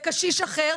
לקשיש אחר,